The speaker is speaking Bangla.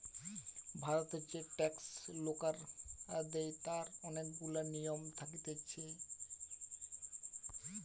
ভারতের যে ট্যাক্স লোকরা দেয় তার অনেক গুলা নিয়ম থাকতিছে